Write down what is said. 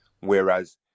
Whereas